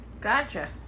Gotcha